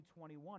2021